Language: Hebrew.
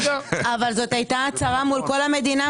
אבל זאת הייתה הצהרה מול כל המדינה,